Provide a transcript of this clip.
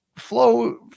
Flow